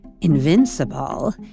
invincible